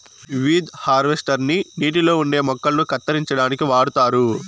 weed harvester ని నీటిలో ఉండే మొక్కలను కత్తిరించడానికి వాడుతారు